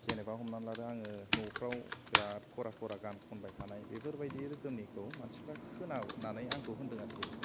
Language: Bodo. जेनेबा हमना लादो आङो न'फ्राव बेराद खरा खरा गान खनबाय थानाय बेफोरबायदि रोखोमनिखौ मानसिफ्रा खोनानानै आंखौ होनदों आरखि